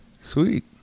Sweet